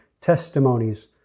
testimonies